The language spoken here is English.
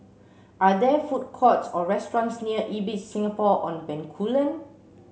are there food courts or restaurants near Ibis Singapore on Bencoolen